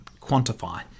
quantify